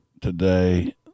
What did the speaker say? today